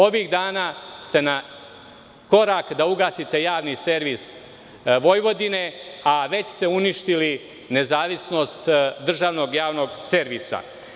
Ovih dana ste na korak da ugasite javni servis Vojvodine, a već ste uništili nezavisnost državnog javnog servisa.